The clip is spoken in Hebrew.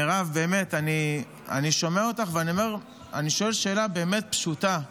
מירב, אני שומע אותך ואני שואל שאלה באמת פשוטה: